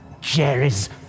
Jerry's